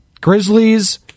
Grizzlies